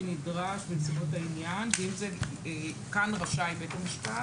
נדרש בנסיבות העניין וכאן זה רשאי בית המשפט.